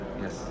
yes